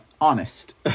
honest